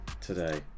Today